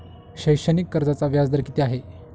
शैक्षणिक कर्जाचा व्याजदर किती आहे?